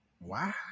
Wow